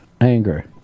anger